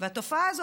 והתופעה הזאת,